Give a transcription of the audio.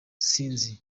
sinzi